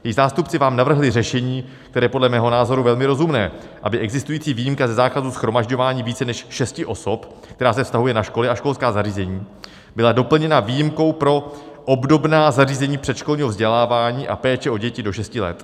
Její zástupci vám navrhli řešení, které je podle mého názoru velmi rozumné, aby existující výjimka ze zákazu shromažďování více než šesti osob, která se vztahuje na školy a školská zařízení, byla doplněna výjimkou pro obdobná zařízení předškolního vzdělávání a péče o děti do šesti let.